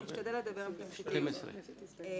אני חושב שעשית עבודה מעולה; והשני הוא מוטי אדרי,